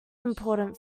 important